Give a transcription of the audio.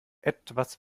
etwas